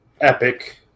epic